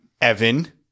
Evan